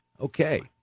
Okay